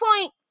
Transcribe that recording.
point